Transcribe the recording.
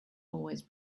always